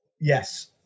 Yes